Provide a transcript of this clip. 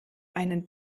einen